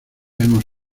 hemos